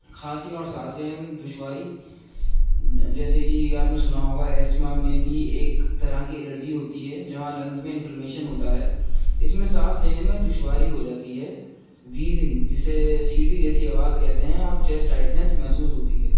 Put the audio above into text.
کھانسی اور سانس لینے میں دشواری جیسے کہ آپ نے سنا ہوگا ایسما میں بھی ایک طرح کی الرجی ہوتی ہے جہاں لنگز میں انفلمیشن ہوتا ہے اس میں سانس لینے میں دشواری ہو جاتی ہے ویزنگ جسے سیٹی جیسی آواز کہتے ہیں اور چیسٹ ٹائٹنیس محسوس ہوتی ہے